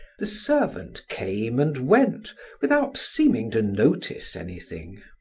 the servant came and went without seeming to notice anything.